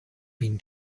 been